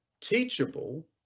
teachable